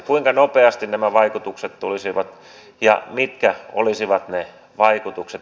kuinka nopeasti nämä vaikutukset tulisivat ja mitkä olisivat ne vaikutukset